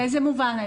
באיזה מובן?